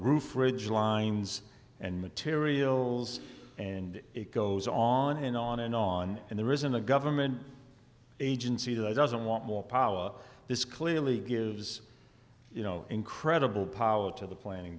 roof ridge lines and materials and it goes on and on and on and there isn't a government agency that doesn't want more power this clearly gives you know incredible power to the planning